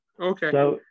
Okay